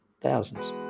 thousands